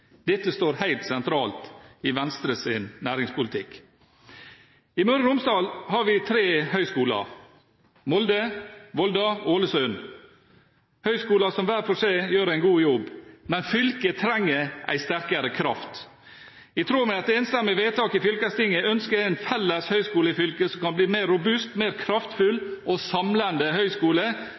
Dette er påkrevd for at nye generasjoner skal bli flinkere enn vi er til å starte og utvikle egen virksomhet, og står helt sentralt i Venstres næringspolitikk. I Møre og Romsdal har vi tre høyskoler – Molde, Volda, Ålesund – som hver for seg gjør en god jobb, men fylket trenger en sterkere kraft. I tråd med et enstemmig vedtak i fylkestinget ønsker jeg en felles